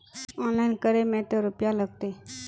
Online करे में ते रुपया लगते?